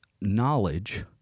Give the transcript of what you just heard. knowledge